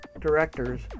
directors